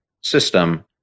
system